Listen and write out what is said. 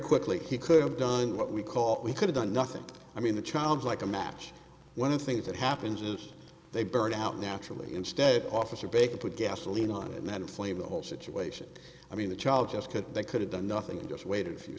quickly he could have done what we call it we could've done nothing i mean the child's like a match one of the things that happens is they burnt out naturally instead officer baker put gasoline on it and that inflamed the whole situation i mean the child just could they could have done nothing just waited a few